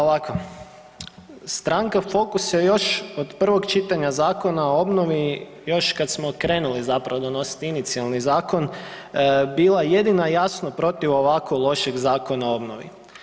Ovako, Stranka Fokus je još od prvog čitanja Zakona o obnovi još kad smo krenuli zapravo donositi inicijalni zakon bila jedina jasno protiv ovako lošeg zakona o obnovi.